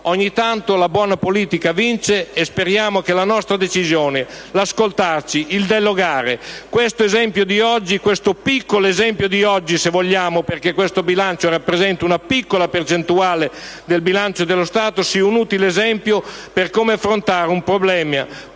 Ogni tanto la buona politica vince. Speriamo che la nostra decisione, l'ascoltarci, il dialogare, questo esempio di oggi - questo piccolo esempio di oggi, se vogliamo, perché il nostro bilancio rappresenta una piccola percentuale del bilancio dello Stato - sia un utile esempio per come affrontare un problema